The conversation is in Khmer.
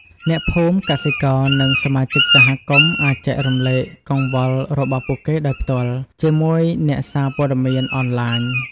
អ្នកភូមិ កសិករ និងសមាជិកសហគមន៍អាចចែករំលែកកង្វល់របស់ពួកគេដោយផ្ទាល់ជាមួយអ្នកសារព័ត៌មានអនឡាញ។